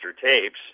tapes